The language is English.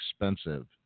expensive